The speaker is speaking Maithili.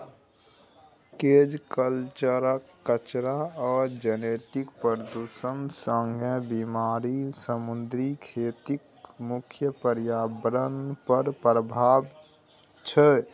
केज कल्चरक कचरा आ जेनेटिक प्रदुषण संगे बेमारी समुद्री खेतीक मुख्य प्रर्याबरण पर प्रभाब छै